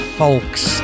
folks